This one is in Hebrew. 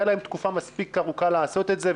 הייתה להם תקופה מספיק ארוכה לעשות את זה.